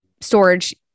storage